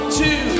two